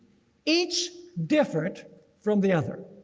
each different from the other.